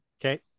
Okay